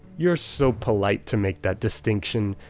you're so polite to make that distinction.